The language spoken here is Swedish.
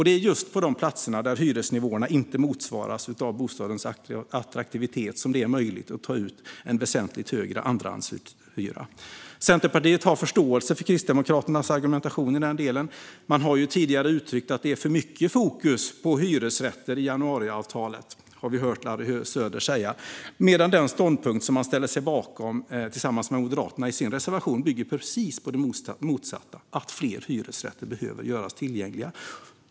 Det är just på de platser där hyresnivåerna inte motsvaras av bostadens attraktivitet som det är möjligt att ta ut en väsentligt högre andrahandshyra. Centerpartiet har förståelse för Kristdemokraternas argumentation i den delen. Man har tidigare uttryckt att det är för mycket fokus på hyresrätter i januariavtalet - det har vi hört Larry Söder säga - medan den ståndpunkt man ställer sig bakom tillsammans med Moderaterna i sin reservation bygger på precis den motsatta, nämligen att fler hyresrätter behöver göras tillgängliga.